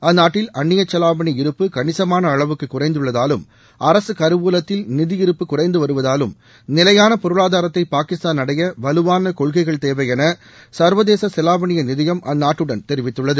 அந்நாட்டில் அன்னிய செவாவணி இருப்பு கணிசமான அளவுக்கு குறைந்துள்ளதாலும் அரசு கருவூலத்தில் நிதி இருப்பு குறைந்து வருவதாலும் நிலையான பொருளாதாரத்தை பாகிஸ்தான் அடைய வலுவான கொள்கைகள் தேவை என சர்வதேச செவாவணிய நிதியம் அந்நாட்டுடன் தெரிவித்துள்ளது